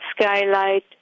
skylight